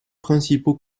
principaux